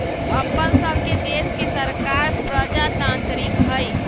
अप्पन सभके देश के सरकार प्रजातान्त्रिक हइ